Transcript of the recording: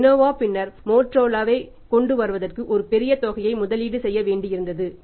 Lenovo பின்னர் மோட்டோரோலாவைக் கொண்டுவருவதற்கு ஒரு பெரிய தொகையை முதலீடு செய்ய வேண்டியிருந்தது